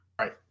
Right